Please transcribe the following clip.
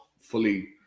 fully